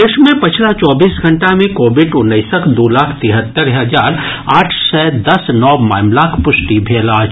देश मे पछिला चौबीस घंटा मे कोविड उन्नैसक दू लाख तिहत्तरि हजार आठ सय दस नव मामिलाक पुष्टि भेल अछि